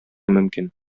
мөмкин